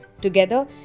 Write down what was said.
Together